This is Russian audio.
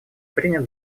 принят